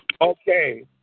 Okay